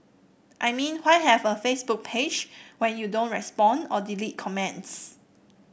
I mean why have a Facebook page when you don't respond or delete comments